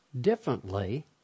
differently